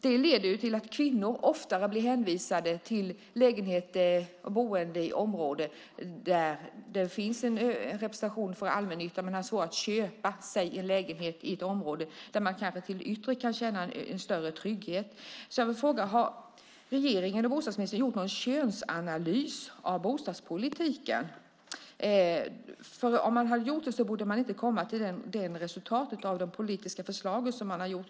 Det leder till att kvinnor oftare blir hänvisade till lägenheter och boenden i områden där allmännyttan finns representerad men har svårare att köpa sig en lägenhet i ett område där man kanske till det yttre kan känna en större trygghet. Har regeringen och bostadsministern gjort någon könsanalys av bostadspolitiken? I så fall borde man inte komma till det resultat av de politiska förslag som man har gjort.